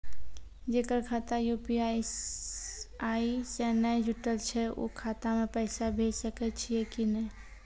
जेकर खाता यु.पी.आई से नैय जुटल छै उ खाता मे पैसा भेज सकै छियै कि नै?